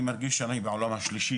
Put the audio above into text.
אני מרגיש שאני בעולם השלישי.